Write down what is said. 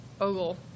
ogle